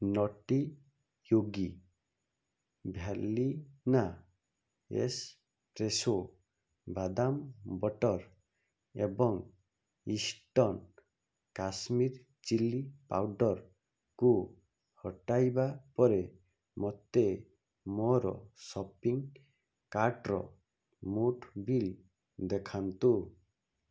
ନଟି Yogi vanilla espresso ବାଦାମ butter ଏବଂ Eastern Kashmir chilli ପାଉଡ଼ର୍କୁ ହଟାଇବା ପରେ ମୋତେ ମୋର ସପିଂ କାର୍ଟ୍ର ମୋଟ୍ ବିଲ୍ ଦେଖାନ୍ତୁ